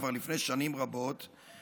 כבר לפני שנים רבות,